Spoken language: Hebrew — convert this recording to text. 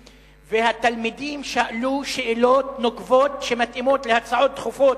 והתלמידים שאלו שאלות נוקבות שמתאימות להצעות דחופות,